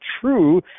true